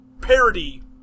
parody